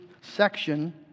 section